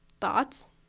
Thoughts